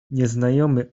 nieznajomy